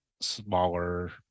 smaller